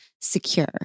secure